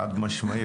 חד משמעי.